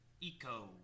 eco